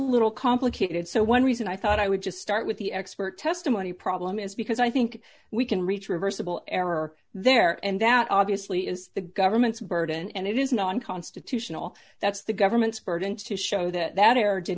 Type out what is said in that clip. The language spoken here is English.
little complicated so one reason i thought i would just start with the expert testimony problem is because i think we can reach reversible error there and that obviously is the government's burden and it is not unconstitutional that's the government's burden to show that